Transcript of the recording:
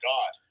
God